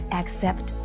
accept